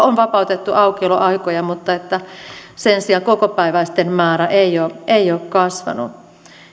on vapautettu aukioloaikoja mutta sen sijaan kokopäiväisten määrä ei ole kasvanut